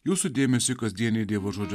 jūsų dėmesiui kasdieniai dievo žodžio